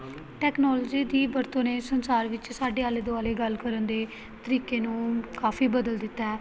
technology ਦੀ ਵਰਤੋਂ ਨੇ ਸੰਸਾਰ ਵਿੱਚ ਸਾਡੇ ਆਲੇ ਦੁਆਲੇ ਗੱਲ ਕਰਨ ਦੇ ਤਰੀਕੇ ਨੂੰ ਕਾਫੀ ਬਦਲ ਦਿੱਤਾ